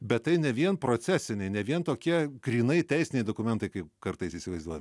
bet tai ne vien procesiniai ne vien tokie grynai teisiniai dokumentai kaip kartais įsivaizduojam